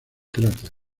cráter